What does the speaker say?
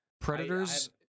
Predators